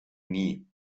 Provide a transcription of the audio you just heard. nie